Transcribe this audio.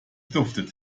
duftet